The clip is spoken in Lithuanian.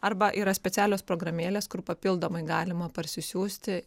arba yra specialios programėlės kur papildomai galima parsisiųsti